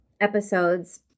episodes